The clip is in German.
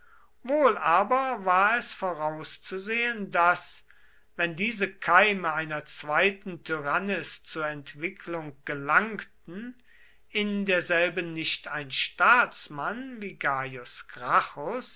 wohl aber war es vorauszusehen daß wenn diese keime einer zweiten tyrannis zur entwicklung gelangten in derselben nicht ein staatsmann wie